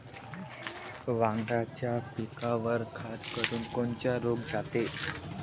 वांग्याच्या पिकावर खासकरुन कोनचा रोग जाते?